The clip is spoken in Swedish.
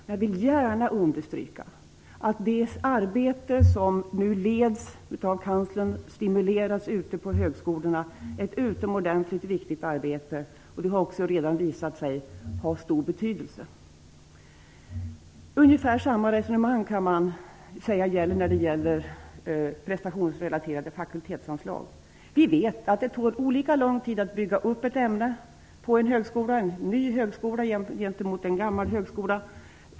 Men jag vill gärna understryka att det, genom det arbete som nu leds av kanslern, stimuleras ett utomordentligt viktigt arbete ute på högskolorna, vilket också har visat sig ha stor betydelse. Man kan säga att ungefär samma resonemang gäller för prestationsrelaterade fakultetsanslag. Vi vet att det tar olika lång tid att bygga upp ett ämne på en ny högskola gentemot en gammal högskola.